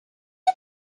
you